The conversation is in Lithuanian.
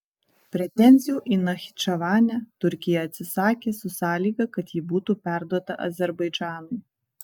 pretenzijų į nachičevanę turkija atsisakė su sąlyga kad ji būtų perduota azerbaidžanui